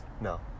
No